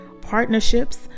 partnerships